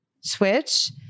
switch